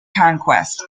conquest